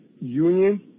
Union